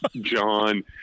john